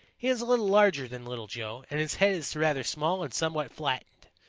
he is a little larger than little joe, and his head is rather small and somewhat flattened,